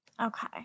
Okay